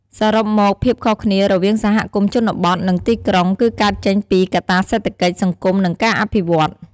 សរុបមក ភាពខុសគ្នារវាងសហគមន៍ជនបទ និងទីក្រុង គឺកើតចេញពីកត្តាសេដ្ឋកិច្ច សង្គម និងការអភិវឌ្ឍន៍។